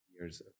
years